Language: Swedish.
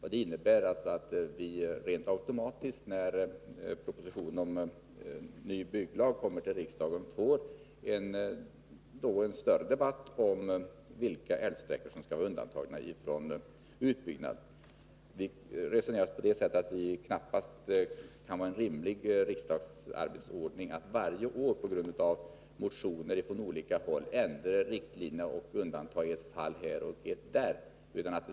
Det innebär alltså att vi automatiskt, när propositionen om den nya bygglagen skall behandlas i riksdagen, får en större debatt om vilka älvsträckor som skall undantas från utbyggnad. Det kan knappast vara en rimlig ordning för riksdagsbehandlingen att vi varje år på grund av motioner från olika håll skall behöva ändra riktlinjerna och göra undantag än här, än där.